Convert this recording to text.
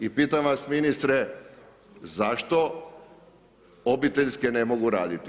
I pitam vas ministre, zašto obiteljske ne mogu raditi?